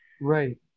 right